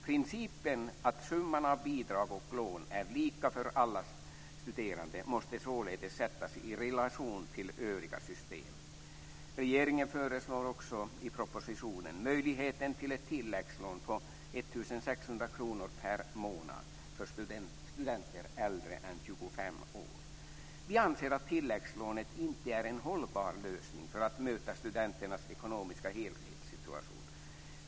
Principen att summan av bidrag och lån är lika för alla studerande måste således sättas i relation till övriga system. Regeringen föreslår också i propositionen möjlighet till ett tilläggslån på 1 600 kr per månad för studenter äldre än 25 år. Vi anser att tilläggslånet inte är en hållbar lösning för att möta studenternas ekonomiska helhetssituation.